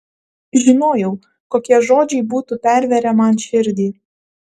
žinojau kokie žodžiai būtų pervėrę man širdį